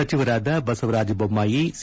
ಸಚಿವರಾದ ಬಸವರಾಜ ಬೊಮ್ಮಾಯಿ ಸಿ